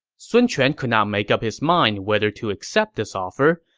sun quan could not make up his mind whether to accept this offer,